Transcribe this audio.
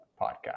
podcast